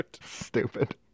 Stupid